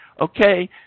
Okay